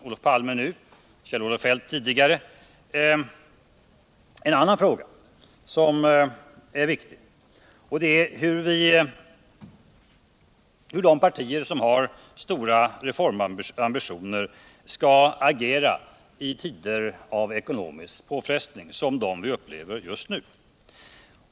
Olof Palme liksom tidigare också Kjell-Olof Feldt reste en annan fråga som är viktig. Den gällde hur de partier som har stora reformambitioner skall reagera i tider av ekonomisk påfrestning i likhet med dem vi upplever just nu.